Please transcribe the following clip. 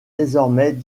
désormais